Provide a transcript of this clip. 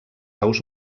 aus